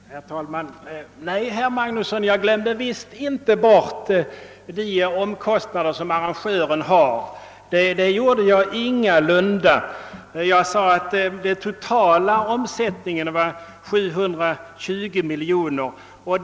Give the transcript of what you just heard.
Herr talman! Nej, herr Magnusson i Borås, jag glömde visst inte bort de omkostnader arrangören har. Jag sade att den totala omsättningen var 720 miljoner kronor.